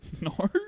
No